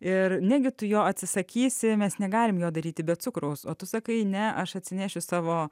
ir negi tu jo atsisakysi mes negalim daryti be cukraus o tu sakai ne aš atsinešiu savo